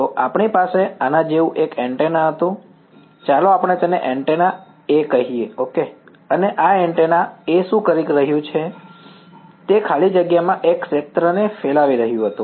તો આપણી પાસે આના જેવું એક એન્ટેના હતું ચાલો આપણે તેને એન્ટેના A કહીએ ઓકે અને આ એન્ટેના A શું કરી રહ્યું હતું તે ખાલી જગ્યામાં એક ક્ષેત્રને ફેલાવી રહ્યું હતું